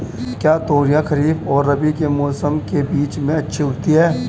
क्या तोरियां खरीफ और रबी के मौसम के बीच में अच्छी उगती हैं?